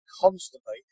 constantly